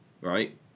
Right